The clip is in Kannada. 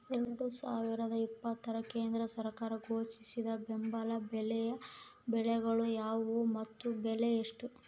ಎರಡು ಸಾವಿರದ ಇಪ್ಪತ್ತರ ಕೇಂದ್ರ ಸರ್ಕಾರ ಘೋಷಿಸಿದ ಬೆಂಬಲ ಬೆಲೆಯ ಬೆಳೆಗಳು ಯಾವುವು ಮತ್ತು ಬೆಲೆ ಎಷ್ಟು?